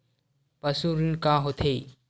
पशु ऋण का होथे?